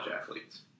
athletes